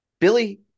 Billy